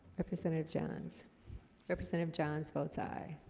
representative jones represent of john's both sigh